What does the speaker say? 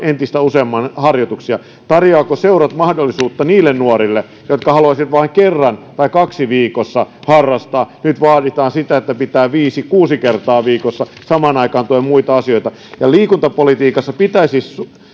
on entistä useammin harjoituksia tarjoavatko seurat mahdollisuutta niille nuorille jotka haluaisivat vain kerran tai kaksi viikossa harrastaa nyt vaaditaan sitä että pitää harrastaa viisi kuusi kertaa viikossa ja samaan aikaan tulee muita asioita liikuntapolitiikassa pitää siis